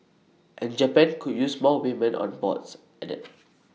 and Japan could use more women on boards added